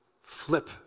flip